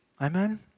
Amen